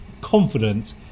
confident